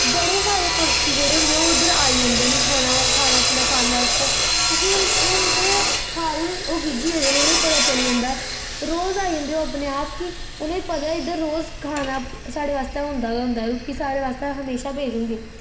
और बड़े सारे पक्षी जेह्ड़े ओह् उद्धर आई जंदे खाना खाना खुना खान आस्तै क्योंकि हुन हुन ते सारें ओह् गिज्झी गेदे न उनेंगी पता चली जंदा रोज आई जंदे ओह् अपने आप कि उनेंगी पता इद्धर रोज खाना स्हाड़े आस्तै होंदा के होंदा रूट्टी स्हाड़े आस्ते म्हेशां पेदी होंदी